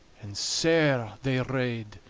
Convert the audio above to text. and sair they rade,